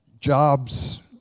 jobs